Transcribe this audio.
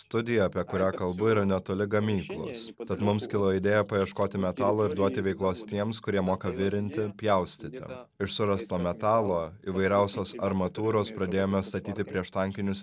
studija apie kurią kalbu yra netoli gamyklos tad mums kilo idėja paieškoti metalo ir duoti veiklos tiems kurie moka virinti pjaustyti iš surasto metalo įvairiausios armatūros pradėjome statyti prieštankinius